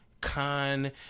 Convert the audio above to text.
con